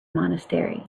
monastery